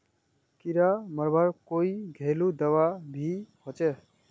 कीड़ा मरवार कोई घरेलू दाबा भी होचए?